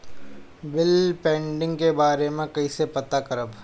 Bill pending के बारे में कईसे पता करब?